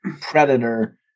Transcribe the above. Predator